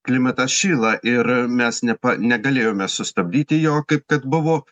klimatas šyla ir mes nepa negalėjome sustabdyti jo kaip kad buvo